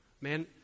man